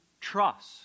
trust